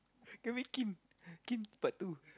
can make kin kin part two